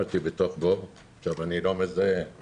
אני לא מזהה אם